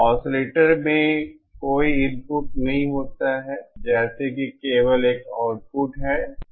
oscillator में कोई input नहीं होता है जैसे कि केवल एक आउटपुट है